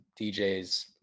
DJs